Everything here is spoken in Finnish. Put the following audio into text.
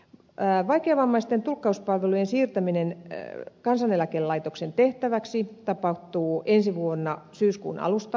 vaikeavammaisten tulkkauspalvelujen siirtäminen kansaneläkelaitoksen tehtäväksi tapahtuu ensi vuonna syyskuun alusta alkaen